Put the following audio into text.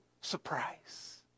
surprise